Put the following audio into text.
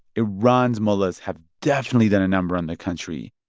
iran's mullahs have definitely done a number on the country.